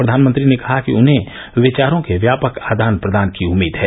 प्रधानमंत्री ने कहा कि उन्हें विचारों के व्यापक आदान प्रदान की उम्मीद है